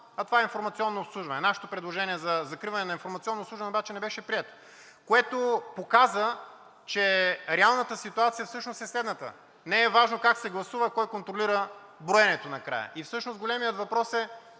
а това е „Информационно обслужване“. Нашето предложение за закриване на „Информационно обслужване“ обаче не беше прието, което показа, че реалната ситуация всъщност е следната: не е важно как се гласува, а кой контролира броенето накрая. И всъщност големият въпрос е